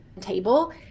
table